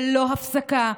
ללא הפסקה,